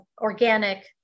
organic